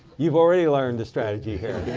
you've already learned the strategy here.